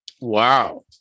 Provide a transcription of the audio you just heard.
Wow